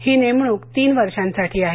ही नेमणूक तीन वर्षांसाठी आहे